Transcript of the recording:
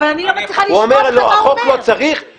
הוא אומר לא צריך את החוק,